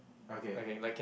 okay